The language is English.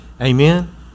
Amen